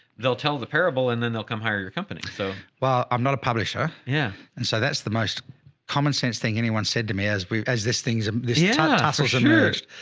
they'll tell the parable and then they'll come hire your company. so, well, i'm not a publisher. yeah. and so that's the most common sense thing anyone's said to me as we, as this things, this yeah tassels. and well,